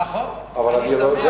נכון, אני שמח.